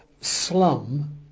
slum